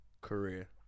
career